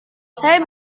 saya